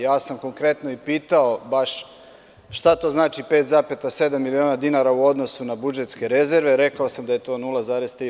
Ja sam konkretno i pitao šta to znači 5,7 miliona dinara u odnosu na budžetske rezerve i rekao sam da je to 0,3%